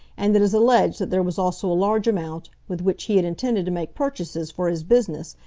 and it is alleged that there was also a large amount, with which he had intended to make purchases for his business,